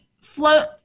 Float